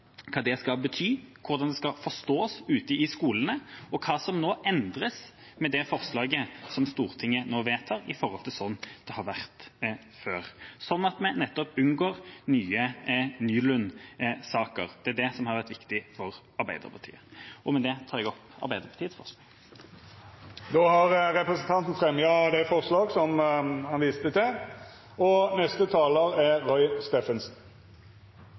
skal bety, hvordan de skal forstås ute i skolen, og hva som endres med det forslaget som Stortinget nå vedtar, i forhold til slik det har vært før, slik at vi unngår nye Nylund-saker. Det er det som har vært viktig for Arbeiderpartiet. Med det tar jeg opp forslaget fra Arbeiderpartiet og Senterpartiet. Representanten Torstein Tvedt Solberg har teke opp det forslaget han refererte til.